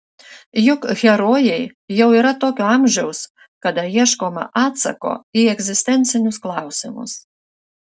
juk herojai jau yra tokio amžiaus kada ieškoma atsako į egzistencinius klausimus